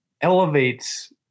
elevates